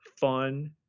fun